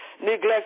neglect